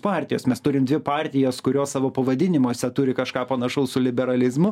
partijos mes turim dvi partijas kurios savo pavadinimuose turi kažką panašaus su liberalizmu